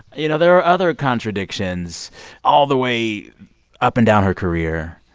you know, there are other contradictions all the way up and down her career.